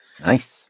Nice